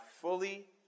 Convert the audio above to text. fully